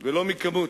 ולא מכמות.